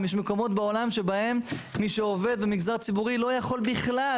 יש מקומות בעולם שבהם מי שעובד במגזר ציבורי לא יכול בכלל